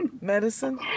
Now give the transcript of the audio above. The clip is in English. medicine